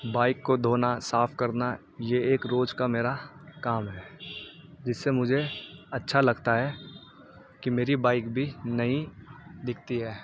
bike کو دھونا صاف کرنا یہ ایک روز کا میرا کام ہے جس سے مجھے اچھا لگتا ہے کہ میری بائک بھی نئی دکھتی ہے